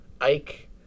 Ike